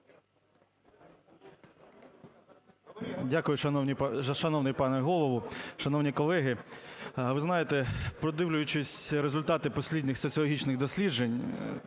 Дякую. Шановний пане Голово, шановні колеги! Ви знаєте, продивляючись результати останніх соціологічних досліджень,